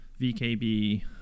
VKB